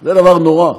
זה דבר נורא,